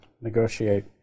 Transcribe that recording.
negotiate